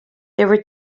there